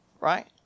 right